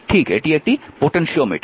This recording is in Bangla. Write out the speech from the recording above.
ঠিক এটি একটি পোটেনশিওমিটার